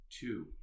Two